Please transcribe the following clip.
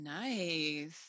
Nice